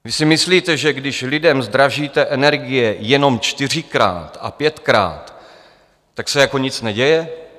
Vy si myslíte, že když lidem zdražíte energie jenom čtyřikrát a pětkrát, tak se jako nic neděje?